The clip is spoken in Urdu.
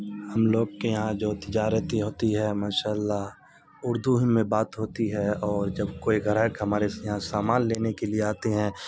ہم لوگ کے یہاں جو تجارت ہوتی ہے ماشاء اللہ اردو ہی میں بات ہوتی ہے اور جب کوئی گراہک ہمارے یہاں سامان لینے کے لیے آتے ہیں